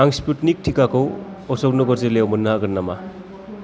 आं स्पुटनिक टिकाखौ अश'क नगर जिल्लायाव मोन्नो हागोन नामा